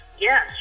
Yes